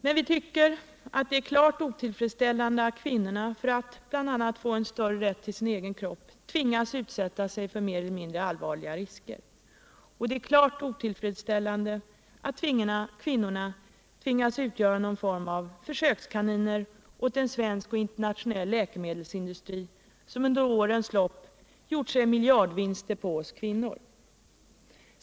Men det är klart otillfredsställande att kvinnorna bl.a. för att få större rätt till sin egen kropp tvingas utsätta sig för mer eller mindre allvarliga risker. Det är klart otillfredsställande att kvinnorna tvingas utgöra någon form av försökskaniner åt en svensk och internationell läkemedelsindustri, som under årens lopp gjort sig miljardvinster på oss kvinnor.